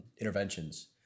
interventions